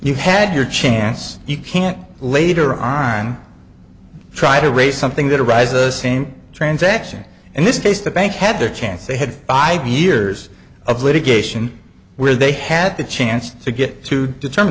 you had your chance you can't later on try to raise something that arises same transaction in this case the bank had their chance they had five years of litigation where they had the chance to get to determine